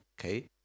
Okay